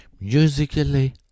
musically